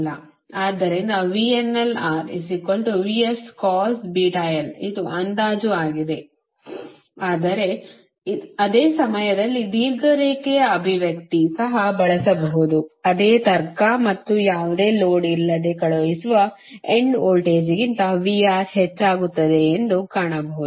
ಆದ್ದರಿಂದ ಇದು ಅಂದಾಜು ಆಗಿದೆ ಆದರೆ ಅದೇ ಸಮಯದಲ್ಲಿ ದೀರ್ಘ ರೇಖೆಯ ಅಭಿವ್ಯಕ್ತಿ ಸಹ ಬಳಸಬಹುದಾದ ಅದೇ ತರ್ಕ ಮತ್ತು ಯಾವುದೇ ಲೋಡ್ ಇಲ್ಲದೆ ಕಳುಹಿಸುವ ಎಂಡ್ ವೋಲ್ಟೇಜ್ಗಿಂತ VR ಹೆಚ್ಚಾಗುತ್ತದೆ ಎಂದು ಕಾಣಬಹುದು